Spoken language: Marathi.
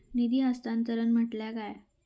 निधी हस्तांतरण म्हटल्या काय?